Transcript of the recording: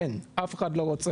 אין, אף אחד לא רוצה.